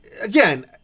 Again